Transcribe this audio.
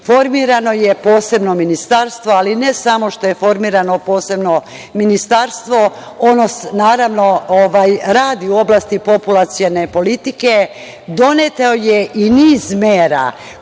Formirano je posebno ministarstvo, ali ne samo što je formirano posebno ministarstvo, ono naravno radi u oblasti populacione politike, doneto je i niz mera